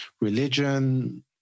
religion